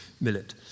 millet